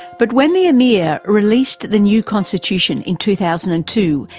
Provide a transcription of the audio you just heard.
but when the emir released the new constitution in two thousand and two,